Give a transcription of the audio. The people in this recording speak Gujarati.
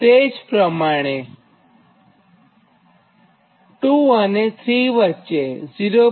તે જ પ્રમાણે તો 2 અને 3 વચ્ચે 0